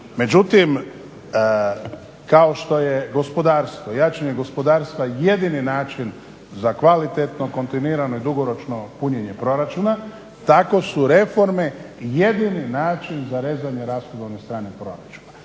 Međutim kao što je gospodarstvo, jačanje gospodarstva jedini način za kvalitetno, kontinuirano i dugoročno punjenje proračuna tako su reforme jedini način za rezanje rashodovne strane proračuna.